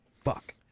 Fuck